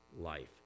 life